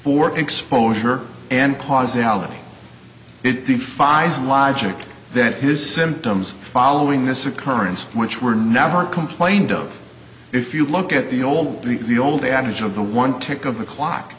for exposure and causalities it defies logic that his symptoms following this occurrence which were never complained of if you look at the old the old adage of the one tech of the clock